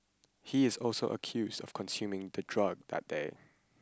he is also accused of consuming the drug that day